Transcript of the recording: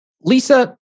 Lisa